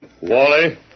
Wally